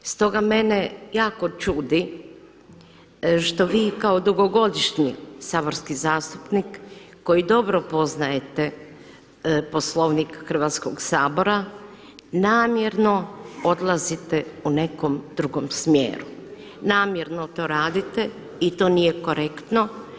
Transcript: Stoga mene jako čudi što vi kao dugogodišnji saborski zastupnik koji dobro poznajete Poslovnik Hrvatskog sabora namjerno odlazite u nekom drugom smjeru, namjerno to radite i to nije korektno.